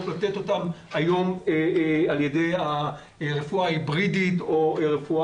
לתת אותה היום על ידי הרפואה ההיברידית או טלה-מדיסין.